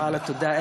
ואללה, תודה.